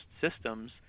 systems